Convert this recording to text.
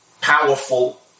powerful